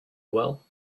well